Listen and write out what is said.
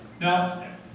Now